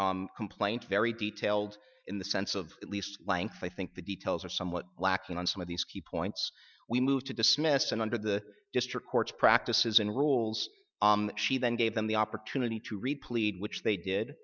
full complaint very detailed in the sense of at least length i think the details are somewhat lacking on some of these key points we moved to dismiss and under the district court's practices and rules she then gave them the opportunity to read plead which they did